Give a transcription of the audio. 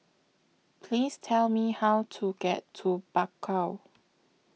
Please Tell Me How to get to Bakau